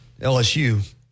LSU